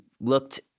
looked